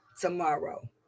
Tomorrow